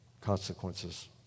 consequences